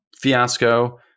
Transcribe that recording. fiasco